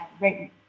right